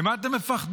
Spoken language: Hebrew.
ממה אתם מפחדים?